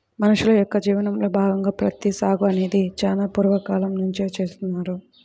మనుషుల యొక్క జీవనంలో భాగంగా ప్రత్తి సాగు అనేది చాలా పూర్వ కాలం నుంచే చేస్తున్నారు